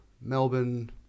Melbourne